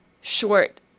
short